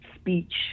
speech